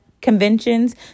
conventions